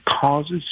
causes